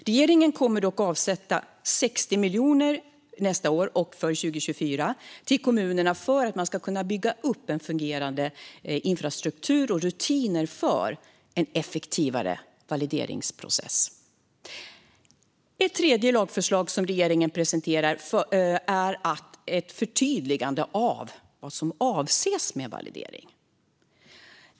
Regeringen kommer nästa år och 2024 att avsätta 60 miljoner till kommunerna för att de ska kunna bygga upp en fungerande infrastruktur och rutiner för en effektivare valideringsprocess. Ett tredje lagförslag som regeringen presenterar är ett förtydligande av vad som avses med validering.